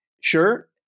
sure